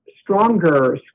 stronger